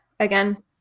Again